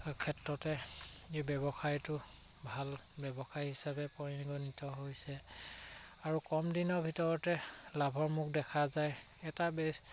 ক্ষেত্ৰতে এই ব্যৱসায়টো ভাল ব্যৱসায় হিচাপে পৰিগণিত হৈছে আৰু কম দিনৰ ভিতৰতে লাভৰ মুখ দেখা যায় এটা বেটছ